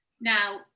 Now